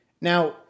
Now